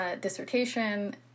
dissertation